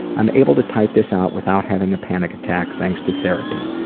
i'm able to type this out without having a panic attack thanks to therapy.